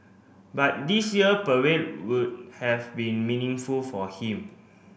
but this year parade would have been meaningful for him